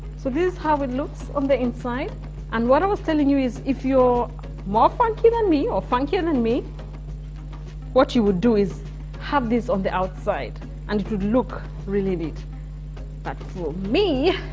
so this is how it looks on the inside and what i was telling you is if you're more funky than me or funkier than me what you would do is have this on the outside and it would look really neat but for me